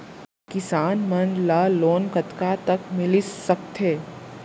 किसान मन ला लोन कतका तक मिलिस सकथे?